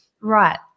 Right